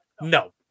no